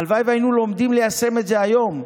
הלוואי שהיינו לומדים ליישם את זה היום.